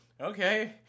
okay